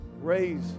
raise